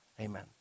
amen